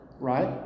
Right